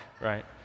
right